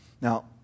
Now